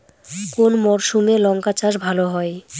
কোন মরশুমে লঙ্কা চাষ ভালো হয়?